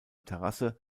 terrasse